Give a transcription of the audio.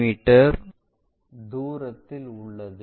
me தூரத்தில் உள்ளது